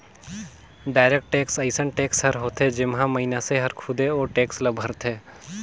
direct tax अइसन tax हर होथे जेम्हां मइनसे हर खुदे ओ टेक्स ल भरथे